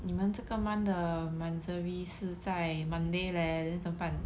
你们这个 month 的 monthsary 是在 monday leh then 怎么办